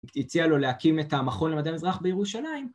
‫הציע לו להקים את המכון למדעי המזרח ‫בירושלים.